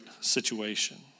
situation